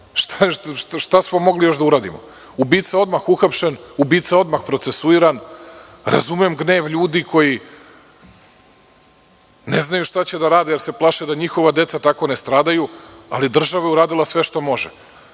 Šta smo mogli još da uradimo? Ubica je odmah uhapšen. Ubica je odmah procesuiran. Razumem gnev ljudi koji ne znaju šta će da rade jer se plaše da njihova deca tako ne stradaju. Ali, država je uradila sve što može.